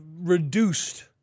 reduced